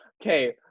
Okay